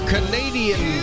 Canadian